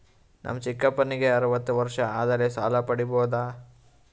ನನ್ನ ಚಿಕ್ಕಪ್ಪನಿಗೆ ಅರವತ್ತು ವರ್ಷ ಆದರೆ ಸಾಲ ಪಡಿಬೋದ?